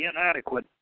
inadequate